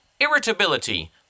irritability